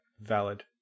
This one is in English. valid